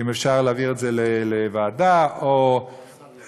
אם אפשר להעביר את זה לוועדה או השר,